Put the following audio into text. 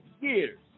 years